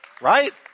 right